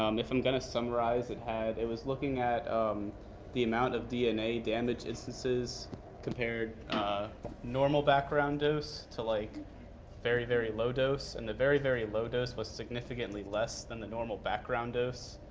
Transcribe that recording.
um if i'm going to summarize, it had it was looking at um the amount of dna damage instances compared normal background dose to like very, very low dose. and the very, very low dose was significantly less than the normal background dose.